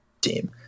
team